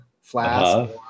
flask